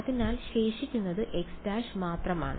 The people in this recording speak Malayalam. അതിനാൽ ശേഷിക്കുന്നത് x′ മാത്രമാണ്